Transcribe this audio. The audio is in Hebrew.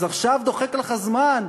אז עכשיו דוחק לך הזמן?